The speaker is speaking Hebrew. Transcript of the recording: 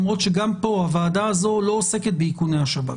למרות שגם פה הוועדה הזאת לא עוסקת באיכוני השב"כ.